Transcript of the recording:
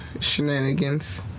shenanigans